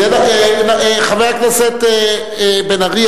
חבר הכנסת בן-ארי,